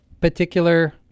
particular